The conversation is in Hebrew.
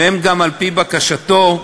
והם גם על-פי בקשתו,